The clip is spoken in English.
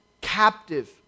captive